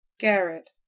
Garrett